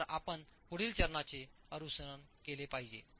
तर आपण पुढील चरणांचे अनुसरण केले पाहिजे